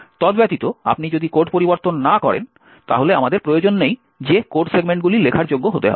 তদ্ব্যতীত আপনি যদি কোড পরিবর্তন না করেন তাহলে আমাদের প্রয়োজন নেই যে কোড সেগমেন্টগুলি লেখার যোগ্য হতে হবে